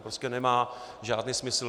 To prostě nemá žádný smysl.